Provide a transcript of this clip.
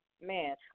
Man